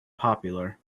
popular